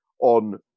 on